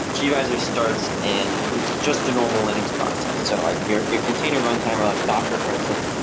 gvisor starts and it's just a normal linux process. so like your your container runtime are like docker, for instance,